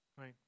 Right